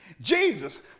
Jesus